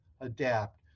adapt